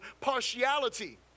partiality